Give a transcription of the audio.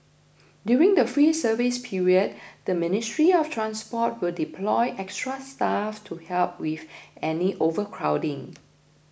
during the free service period the Ministry of Transport will deploy extra staff to help with any overcrowding